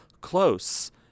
Close